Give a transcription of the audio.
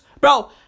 Bro